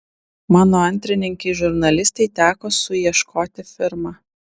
mano antrininkei žurnalistei teko suieškoti firmą